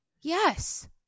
Yes